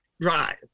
drive